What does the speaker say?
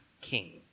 king